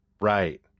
Right